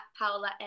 Paola